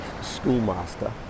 schoolmaster